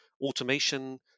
Automation